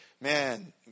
man